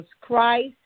Christ